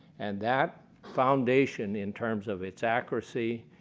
and that foundation in terms of its accuracy,